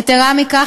יתרה מכך,